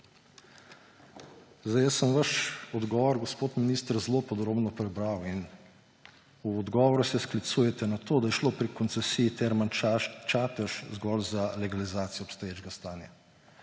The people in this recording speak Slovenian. Jaz sem vaš odgovor, gospod minister, zelo podrobno prebral in v odgovoru ste sklicujete na to, da je šlo pri koncesiji Term Čatež zgolj za legalizacijo obstoječega stanja.